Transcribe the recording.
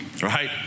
Right